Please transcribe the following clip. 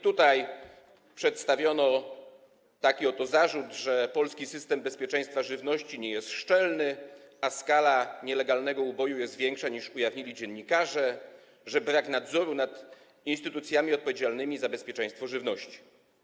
Tutaj przedstawiono taki oto zarzut, że polski system bezpieczeństwa żywności nie jest szczelny, a skala nielegalnego uboju jest większa, niż ujawnili dziennikarze, że brakuje nadzoru nad instytucjami odpowiedzialnymi za bezpieczeństwo żywności.